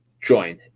join